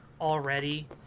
already